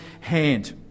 hand